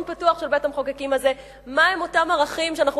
פתוח של בית-המחוקקים הזה מהם אותם ערכים שאנחנו